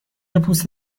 پوست